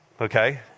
okay